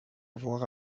voir